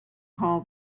call